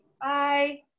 Bye